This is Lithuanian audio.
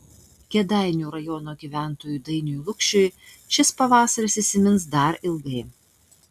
kėdainių rajono gyventojui dainiui lukšiui šis pavasaris įsimins dar ilgai